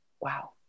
Wow